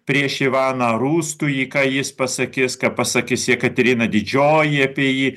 prieš ivaną rūstųjį ką jis pasakys ką pasakys jekaterina didžioji apie jį